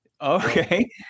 Okay